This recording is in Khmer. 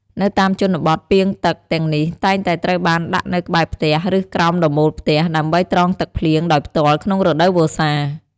នៅតាមជនបទ ពាងទឹកទាំងនេះតែងតែត្រូវបានដាក់នៅក្បែរផ្ទះ ឬក្រោមដំបូលផ្ទះ ដើម្បីត្រងទឹកភ្លៀងដោយផ្ទាល់ក្នុងរដូវវស្សា។